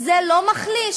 זה לא מחליש?